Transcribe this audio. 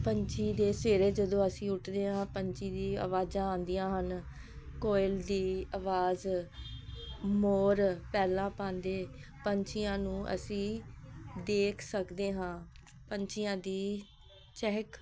ਪੰਛੀ ਦੇ ਸਵੇਰੇ ਜਦੋਂ ਅਸੀਂ ਉੱਠਦੇ ਹਾਂ ਪੰਛੀ ਦੀ ਆਵਾਜ਼ਾਂ ਆਉਂਦੀਆਂ ਹਨ ਕੋਇਲ ਦੀ ਆਵਾਜ਼ ਮੋਰ ਪੈਲਾਂ ਪਾਉਂਦੇ ਪੰਛੀਆਂ ਨੂੰ ਅਸੀਂ ਦੇਖ ਸਕਦੇ ਹਾਂ ਪੰਛੀਆਂ ਦੀ ਚਹਿਕ